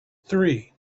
three